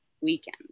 weekend